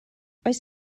oes